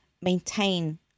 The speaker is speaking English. maintain